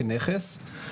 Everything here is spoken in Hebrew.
כנכס.